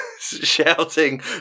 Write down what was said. shouting